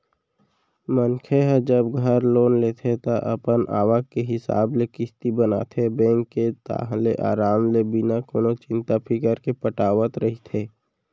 मनखे ह जब घर लोन लेथे ता अपन आवक के हिसाब ले किस्ती बनाथे बेंक के ताहले अराम ले बिना कोनो चिंता फिकर के पटावत रहिथे